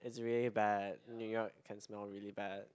is really bad New York can smell really bad